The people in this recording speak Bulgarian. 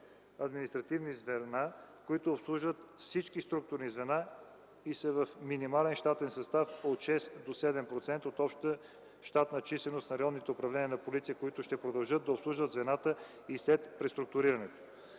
административни звена, които обслужват всички структурни звена и са в минимален щатен състав от 6 до 7% от общата щатна численост на районните управления на полицията, които ще продължат да обслужват звената и след преструктурирането.